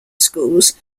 schools